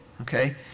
okay